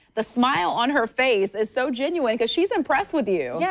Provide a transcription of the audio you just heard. the smile on her face is so genuine, because she's impressed with you. yeah